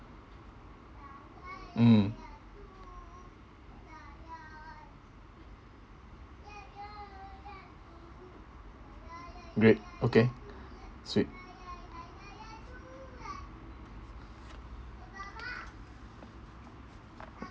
mm great okay sweet